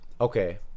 Okay